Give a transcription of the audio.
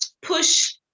push